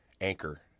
Anchor